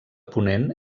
ponent